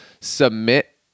submit